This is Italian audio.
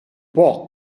può